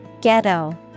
Ghetto